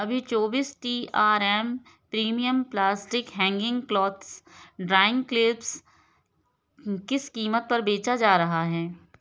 अभी चौबीस T R M premium plastic hanging clothes drying clips किस कीमत पर बेचा जा रहा है